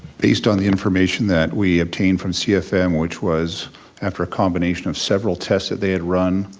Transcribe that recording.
based on the information that we obtained from cfm which was after a combination of several tests that they had run,